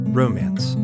romance